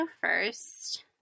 first